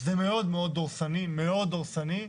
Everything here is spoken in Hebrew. זה מאוד מאוד דורסני, מאוד דורסני.